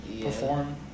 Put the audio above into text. perform